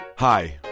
Hi